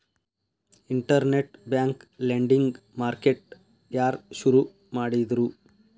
Internet bank lending market ಯಾರ್ ಶುರು ಮಾಡಿದ್ರು?